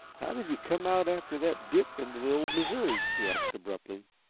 how did you come out after that dip into the old missouri? he asked, abruptly.